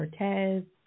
Ortez